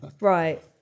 Right